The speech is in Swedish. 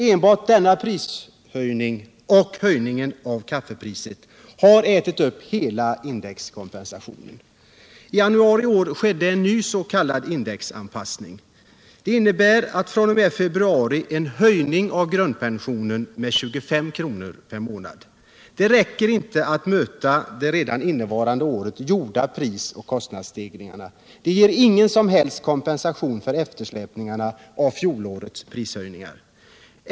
Enbart denna prishöjning och höjningen av kaffepriset har ätit upp hela indexkompensationen. I januari i år skedde en ny s.k. indexanpassning. Den innebär fr.o.m. februari en höjning av grundpensionen med 25 kr. per månad. Det räcker inte för att möta de redan under innevarande år inträffade prisoch kostnadsstegringarna. Det ger ingen som helst kompensation för eftersläpningen av fjolårets prishöjningar.